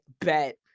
bet